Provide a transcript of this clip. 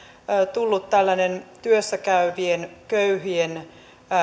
tullut tällainen työssä käyvien köyhien